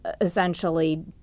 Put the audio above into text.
essentially